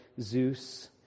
Zeus